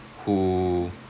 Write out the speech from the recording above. who